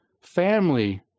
family